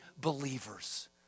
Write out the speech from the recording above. believers